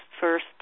first